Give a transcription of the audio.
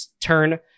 turn